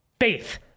faith